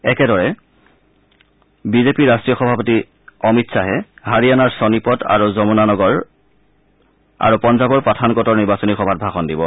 একেদৰে বিজেপিৰ ৰাষ্ট্ৰীয় সভাপতি অমিত খাহে হাৰিয়ানাৰ ছনিপত আৰু জমুনানগৰৰ উপৰি পঞ্জাৱৰ পাঠানকটৰ নিৰ্বাচনী সভাত ভাষণ দিব